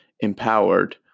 empowered